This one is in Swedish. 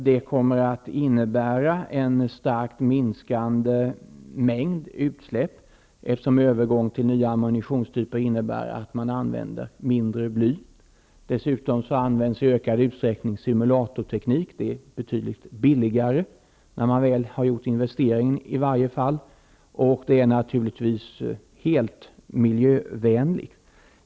Detta kommer att leda till kraftigt minskade utsläpp. En övergång till nya ammunitionstyper medför att man använder mindre bly. Dessutom används simulatorteknik i ökad utsträckning. Det är betydligt billigare, sedan man gjort investeringen. Det är naturligtvis miljövänligt.